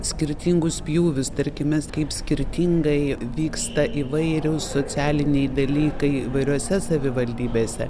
skirtingus pjūvius tarkim mes kaip skirtingai vyksta įvairius socialiniai dalykai įvairiose savivaldybėse